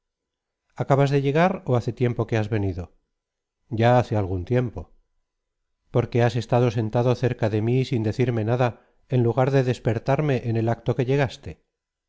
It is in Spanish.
acabas de llegar ó hace tiempo que has venido crlfon ya hace algún tiempo por qué has estado sentado cerca de mi sin decirme nada en lugar de despertarme en el acto que llegaste